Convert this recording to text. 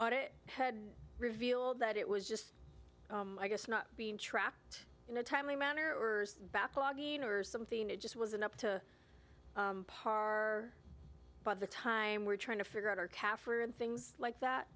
audit revealed that it was just i guess not being trapped in a timely manner or something it just wasn't up to par by the time we're trying to figure out our kaffir and things like that